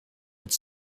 het